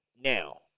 now